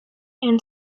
and